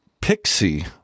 pixie